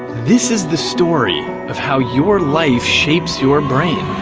this is the story of how your life shapes your brain.